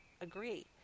agree